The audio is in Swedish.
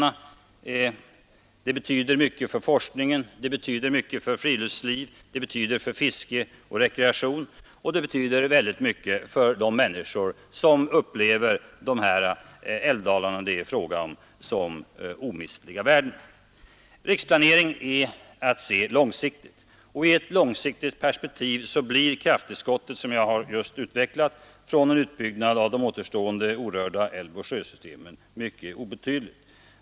De ling och hushållning betyder mycket för forskningen och för friluftsliv, de betyder mycket för med mark och vat fiske och rekreation och de betyder mycket för de människor, som upplever de älvdalar det är fråga om som omistliga värden. Riksplanering är att se långsiktigt. I ett långsiktigt perspektiv blir som jag just har utvecklat krafttillskottet från de orörda älvoch sjösystemen mycket obetydligt.